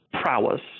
prowess